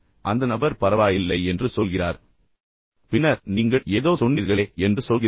மற்றொரு நபர் பரவாயில்லை என்று கூறுகிறார் பின்னர் நீங்கள் ஓ இல்லை நீங்கள் ஏதோ சொல்கிறீர்கள் என்று சொல்கிறீர்கள்